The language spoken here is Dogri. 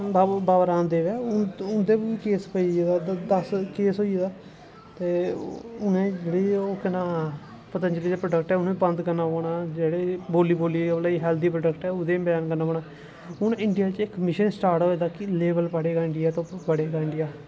बाबा राम देव ऐ उं'दे पर बी केस पेई गेदा ते केस होई गेदा ते उ'नें जेह्ड़ी केह् नां पतंजली दे प्राडक्ट ऐ उ'नें बंद करना पौना जेह्ड़ी बोली बोलियै मतलब हैल्दी प्रोडक्ट ऐ ओह्दे पर बैन करना पौना हून इंडिया च इक मिशन स्टार्ट होए दा कि लेवल पढ़े गा इंडिया तो तब बढेगा इंडिया